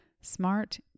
smart